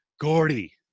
Gordy